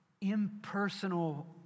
impersonal